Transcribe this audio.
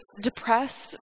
depressed